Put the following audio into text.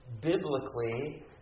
biblically